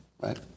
right